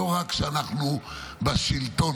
לא רק כשאנחנו בשלטון,